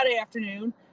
afternoon